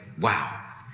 Wow